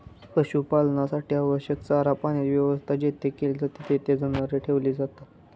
पशुपालनासाठी आवश्यक चारा पाण्याची व्यवस्था जेथे केली जाते, तेथे जनावरे ठेवली जातात